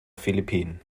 philippinen